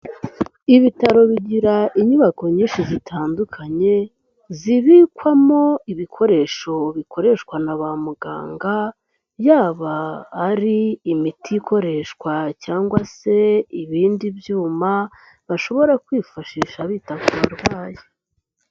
Ibitaro bigira inyubako nyinshi zitandukanye, zibikwamo ibikoresho bikoreshwa na ba muganga, yaba ari imiti ikoreshwa cyangwa se ibindi byuma, bashobora kwifashisha bita ku barwayi.